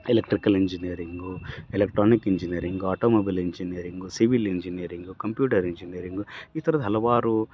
electrical engineering electronic engineering automobile engineering civil engineering computer engineering ಈ ಥರದ್ದು ಹಲವಾರು